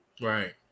Right